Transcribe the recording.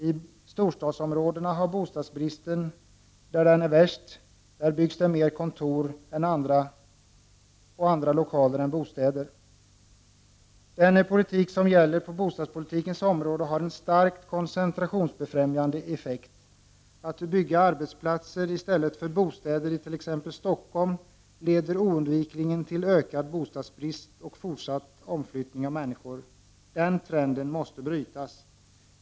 I storstadsområdena, där bostadsbristen är värst, byggs mer kontor och andra lokaler än bostäder. Den bostadspolitik som nu bedrivs har en starkt koncentrationsbefrämjande effekt. Att bygga arbetsplatser i stället för bostäder i t.ex. Stockholm leder oundvikligen till ökad bostadsbrist och fortsatt omflyttning av människor. Den trenden måste brytas.